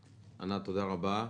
ענת, תודה רבה.